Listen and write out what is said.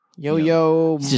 Yo-yo